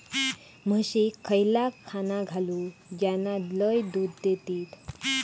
म्हशीक खयला खाणा घालू ज्याना लय दूध देतीत?